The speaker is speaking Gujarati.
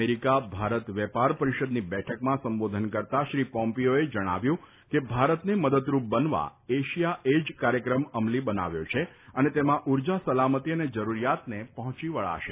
અમેરિકા ભારત વેપાર પરિષદની બેઠકમાં સંબોધન કરતાં શ્રી પોમ્પીયોએ જણાવ્યું કે ભારતને મદદરૂપ બનવા એશિયા એ જ કાર્યક્રમ અમલી બનાવ્યો છે અને તેમાં ઉર્જા સલામતિ અને જરૂરિયાતને પહોંચી વળાશે